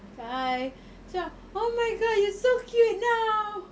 cakap hi oh my god you so cute now